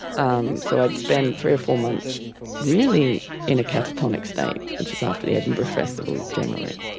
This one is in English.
um so i'd spend three or four months really in a catatonic state which is off to the edinburgh festival generally.